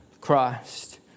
Christ